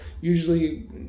usually